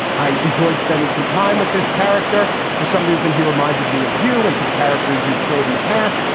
i enjoyed spending some time with this character. for some reason, he reminded me of you and some characters you've played in the past.